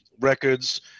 Records